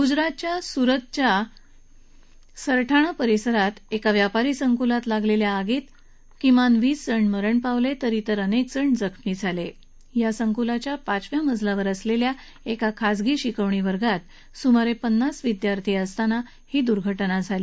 गुजरातमध्यस्विरतच्या सरठाणा परिसरातील एका व्यापारी संकुलात लागलल्खा आगीत किमान वीस जण मरण पावलत्विर इतर अनक्क जण जखमी झाला झा संकुलाच्या पाचव्या मजल्यावर असलेखा एका खाजगी शिकवणी वर्गात सुमारक्निनास विद्यार्थी असताना ही दूर्घ जा झाली